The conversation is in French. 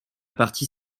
partie